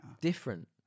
Different